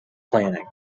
planning